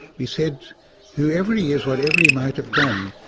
we said whoever he is, whatever he might have done,